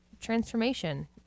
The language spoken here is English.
transformation